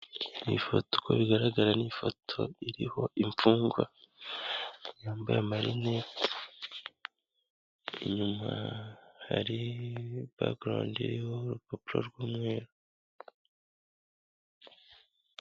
Ni ifoto uko bigaragara ni ifoto iriho imfungwa yambaye amarinete, inyuma hari background iriho urupapuro rw'umweru.